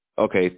Okay